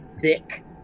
thick